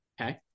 Okay